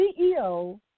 CEO